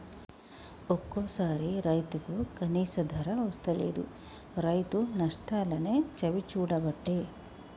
ఒక్కోసారి రైతుకు కనీస ధర వస్తలేదు, రైతు నష్టాలనే చవిచూడబట్టే